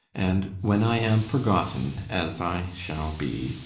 and when i am forgotten, as i shall be,